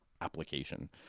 application